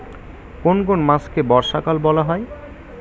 কোন কোন মাসকে বর্ষাকাল বলা হয়?